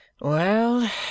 Well